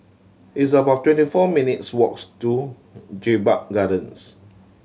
it's about twenty four minutes' walks to Jedburgh Gardens